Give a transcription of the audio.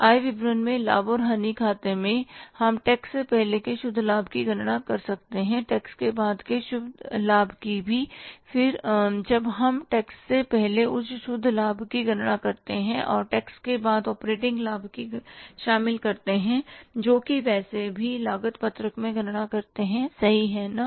आय विवरण में लाभ और हानि खाते में हम टैक्स से पहले के शुद्ध लाभ की गणना कर सकते हैं टैक्स के बाद के शुद्ध लाभ की भी और जब हम टैक्स से पहले उस शुद्ध लाभ की गणना करते हैं और टैक्स के बाद ऑपरेटिंग लाभ भी शामिल करते हैं जो कि वैसे भी लागत पत्रक में गणना करते हैं सही है ना